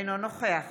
אינו נוכח